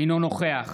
אינו נוכח